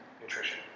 nutrition